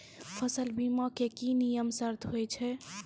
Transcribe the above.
फसल बीमा के की नियम सर्त होय छै?